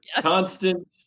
Constant